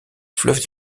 fleuve